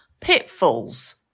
pitfalls